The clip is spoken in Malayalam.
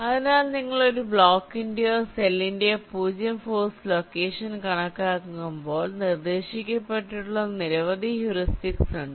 അതിനാൽ നിങ്ങൾ ഒരു ബ്ലോക്കിന്റെയോ സെല്ലിന്റെയോ 0 ഫോഴ്സ് ലൊക്കേഷൻ കണക്കാക്കുമ്പോൾ നിർദ്ദേശിക്കപ്പെട്ടിട്ടുള്ള നിരവധി ഹ്യൂറിസ്റ്റിക്സ് ഉണ്ട്